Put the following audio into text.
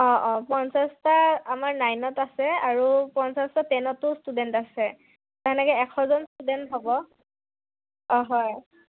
অঁ অঁ পঞ্চাছটা আমাৰ নাইনত আছে আৰু পঞ্চাছটা টেনতো ষ্টুডেণ্ট আছে তেনেকৈ এশজন ষ্টুডেণ্ট হ'ব অঁ হয়